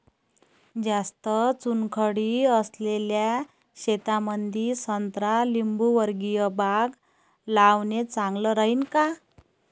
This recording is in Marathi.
जास्त चुनखडी असलेल्या शेतामंदी संत्रा लिंबूवर्गीय बाग लावणे चांगलं राहिन का?